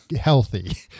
healthy